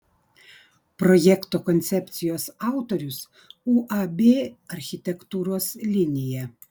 projekto koncepcijos autorius uab architektūros linija